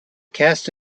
cast